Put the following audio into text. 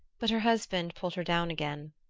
but her husband pulled her down again.